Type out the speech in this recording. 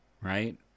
right